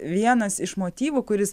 vienas iš motyvų kuris